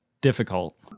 difficult